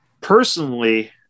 personally